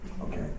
Okay